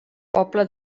poble